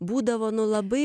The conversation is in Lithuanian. būdavo nu labai